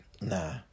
Nah